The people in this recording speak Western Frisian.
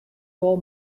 wol